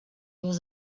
was